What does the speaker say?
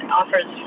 offers